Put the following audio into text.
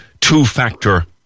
two-factor